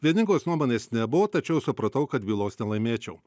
vieningos nuomonės nebuvo tačiau supratau kad bylos nelaimėčiau